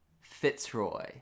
Fitzroy